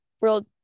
World